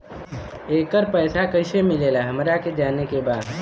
येकर पैसा कैसे मिलेला हमरा के जाने के बा?